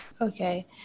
okay